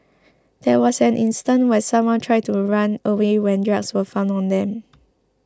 there was an instance where someone tried to run away when drugs were found on them